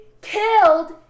killed